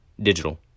digital